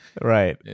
Right